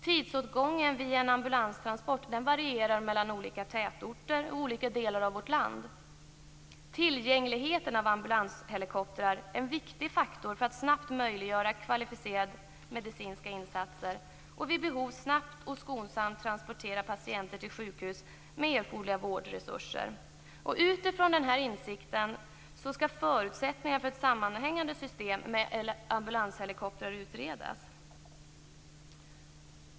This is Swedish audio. Tidsåtgången vid en ambulanstransport varierar mellan olika tätorter och olika delar av vårt land. Tillgängligheten till ambulanshelikoptrar är en viktig faktor för att snabbt möjliggöra kvalificerade medicinska insatser och för att vid behov snabbt och skonsamt transportera patienter till sjukhus med erforderliga vårdresurser. Utifrån denna insikt skall förutsättningarna för ett sammanhängande system med ambulanshelikopter utredas.